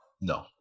No